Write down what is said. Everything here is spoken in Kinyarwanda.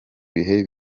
bihe